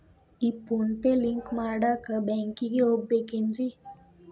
ಈ PhonePe link ಮಾಡಾಕ ಬ್ಯಾಂಕಿಗೆ ಹೋಗ್ಬೇಕೇನ್ರಿ?